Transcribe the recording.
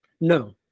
No